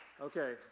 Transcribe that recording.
okay